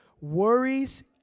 Worries